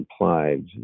implied